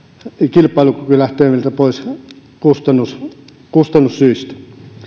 kilpailukyky lähtee meiltä pois kustannussyistä